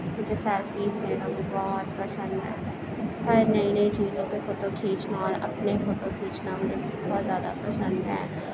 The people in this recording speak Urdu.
مجھے سیلفیز لینا بہت پسند ہے ہر نئی نئی چیزوں کے فوٹو کھینچنا اور اپنے فوٹو کھینچنا مجھے بہت زیادہ پسند ہے